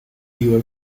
nieuwe